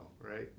Right